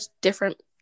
different